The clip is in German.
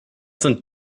sind